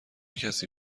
کسی